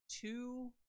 two